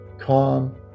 calm